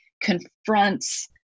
confronts